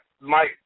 Mike